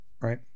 right